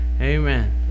Amen